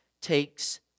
takes